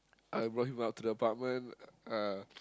I brought him up to the apartment